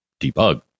debug